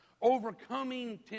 Overcoming